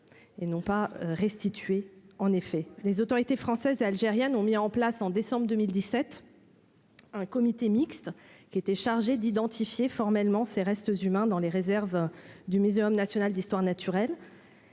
et non pas restitué en effet les autorités françaises et algériennes ont mis en place en décembre 2017. Un comité mixte qui était chargé d'identifier formellement ses restes humains dans les réserves du